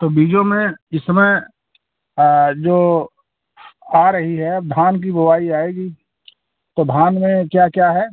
तो बीजों में इस समय जो आ रही है अब धान की बुवाई आएगी तो धान में क्या क्या है